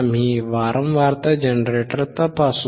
आम्ही वारंवारता जनरेटर तपासू